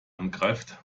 angreift